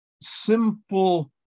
simple